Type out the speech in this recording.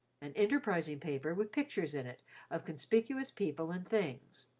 an enterprising paper, with pictures in it of conspicuous people and things.